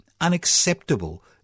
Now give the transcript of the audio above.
unacceptable